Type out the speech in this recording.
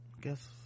guess